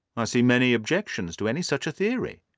i see many objections to any such theory.